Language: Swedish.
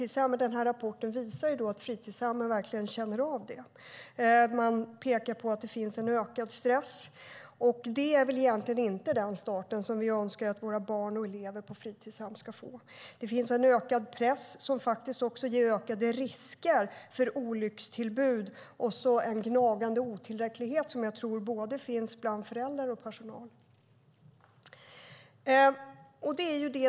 Den här rapporten visar att fritidshemmen verkligen känner av detta. Man pekar på att det finns en ökad stress. Det är väl egentligen inte en start som vi önskar att våra barn och elever på fritidshem ska få. Det finns en ökad press som leder till ökade risker för olyckstillbud och en gnagande otillräcklighet hos både föräldrar och personal.